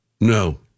No